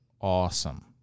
awesome